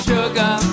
Sugar